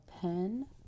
pen